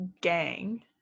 gang